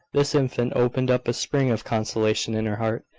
this infant opened up a spring of consolation in her heart,